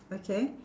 okay